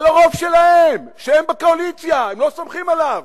על הרוב שלהם, שהם בקואליציה, הם לא סומכים עליו.